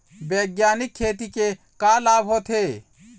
बैग्यानिक खेती के का लाभ होथे?